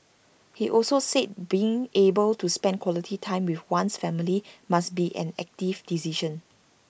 he also said being able to spend quality time with one's family must be an active decision